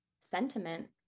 sentiment